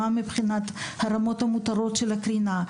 מה מבחינת הרמות המותרות של הקרינה,